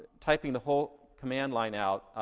typing the whole command line out,